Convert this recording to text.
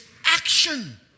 action